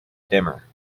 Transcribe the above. dimmer